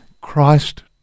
Christ